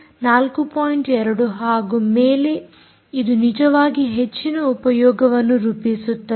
2 ಹಾಗೂ ಮೇಲೆ ಇದು ನಿಜವಾಗಿ ಹೆಚ್ಚಿನ ಉಪಯೋಗವನ್ನು ರೂಪಿಸುತ್ತದೆ